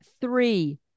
Three